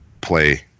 play